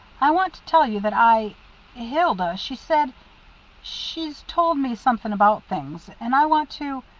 i want to tell you that i hilda, she said she's told me something about things and i want to